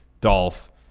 Dolph